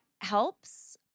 helps